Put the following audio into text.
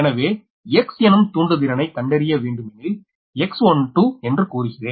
எனவே X எனும் தூண்டுதிறனை கண்டறிய வேண்டுமெனில் X12 என்று கூறுகிறேன்